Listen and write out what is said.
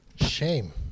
Shame